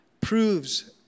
proves